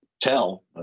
tell